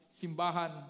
simbahan